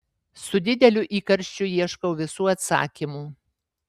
su dideliu įkarščiu ieškau visų atsakymų